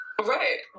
Right